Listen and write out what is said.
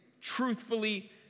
Truthfully